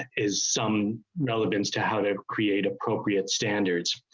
is some no evidence to how to create appropriate standards.